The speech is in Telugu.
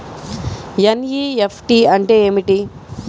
ఎన్.ఈ.ఎఫ్.టీ అంటే ఏమిటి?